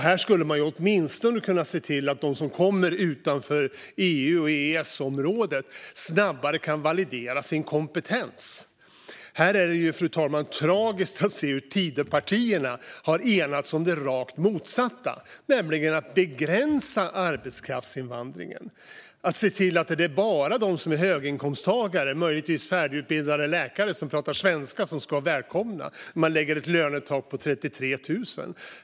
Man skulle åtminstone kunna se till att de som kommer från länder utanför EU och EES-området snabbare kan validera sin kompetens. Det är, fru talman, tragiskt att se hur Tidöpartierna har enats om det rakt motsatta, nämligen att begränsa arbetskraftsinvandringen och se till att det bara är höginkomsttagare, som möjligtvis färdigutbildade läkare som pratar svenska, som är välkomna; man sätter ett lönegolv på 33 000.